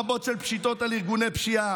עשרות רבות של פשיטות על ארגוני פשיעה,